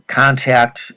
contact